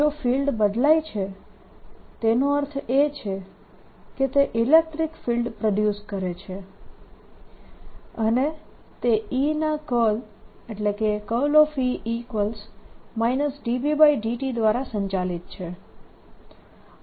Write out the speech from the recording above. જો ફિલ્ડ બદલાય છે તેનો અર્થ એ છે કે તે ઇલેક્ટ્રીક ફિલ્ડ પ્રોડ્યુસ કરે છે અને તે E ના કર્લ ∂B∂t દ્વારા સંચાલિત છે